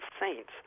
saints